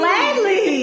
gladly